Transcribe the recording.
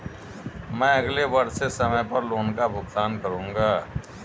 मैं अगले वर्ष से समय पर लोन का भुगतान करूंगा